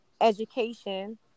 Education